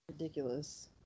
Ridiculous